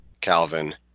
Calvin